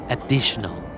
Additional